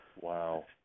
Wow